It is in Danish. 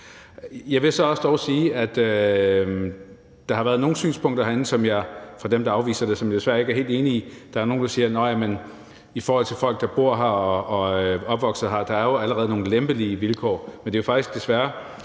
Jeg vil dog så også sige, at der har været nogle synspunkter herinde fra dem, der afviser det, som jeg desværre ikke er helt enig i. Der er nogle, der siger: Nåh ja, men i forhold til folk, der bor her og er opvokset her, er der allerede nogle lempelige vilkår. Men det er faktisk desværre